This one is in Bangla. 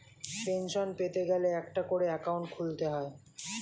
পেনশন পেতে গেলে একটা করে অ্যাকাউন্ট খুলতে হয়